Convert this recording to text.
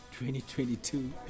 2022